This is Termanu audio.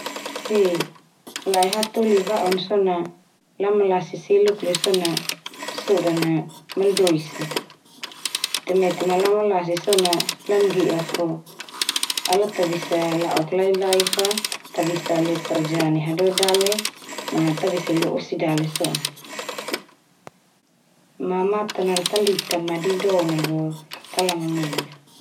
He, la'e hatoli ba'un so na lamalasi seluk leu so na sodan na maldois a. Te metema lamalasi so na lamngge'a, fo ala tabisa la'ok lai-lai fa ta bisa leu karja nai hadoe dale, ma tabisa leu lo osi dale so'on. Ma, matan al talita ma didon nal bo talamanene.